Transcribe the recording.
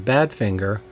Badfinger